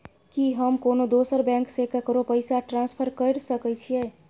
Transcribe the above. की हम कोनो दोसर बैंक से केकरो पैसा ट्रांसफर कैर सकय छियै?